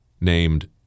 named